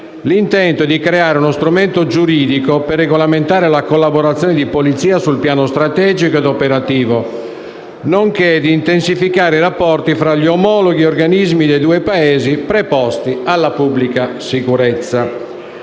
L'intento è di creare uno strumento giuridico per regolamentare la collaborazione di polizia sul piano strategico e operativo, nonché di intensificare i rapporti tra gli omologhi organismi dei due Paesi preposti alla pubblica sicurezza.